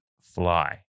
fly